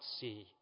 see